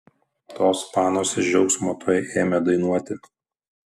tos panos iš džiaugsmo tuoj ėmė dainuoti